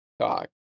Talk